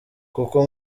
kuko